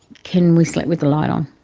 can we sleep with the light on?